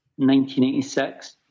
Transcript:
1986